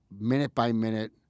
minute-by-minute